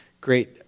great